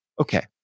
okay